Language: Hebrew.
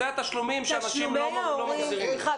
אלה תשלומים שאנשים לא מחזירים --- תשלומי ההורים --- סליחה,